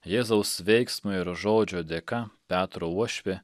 jėzaus veiksmo ir žodžio dėka petro uošvė